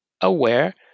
aware